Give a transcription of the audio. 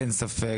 אין ספק